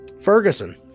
ferguson